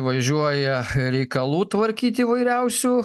važiuoja reikalų tvarkyti įvairiausių